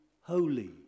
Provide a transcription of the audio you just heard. holy